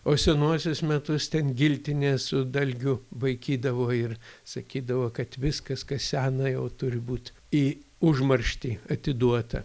o senuosius metus ten giltinė su dalgiu vaikydavo ir sakydavo kad viskas kas sena jau turi būt į užmarštį atiduota